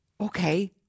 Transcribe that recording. okay